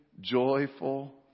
joyful